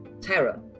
terror